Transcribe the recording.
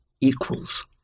equals